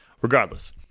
regardless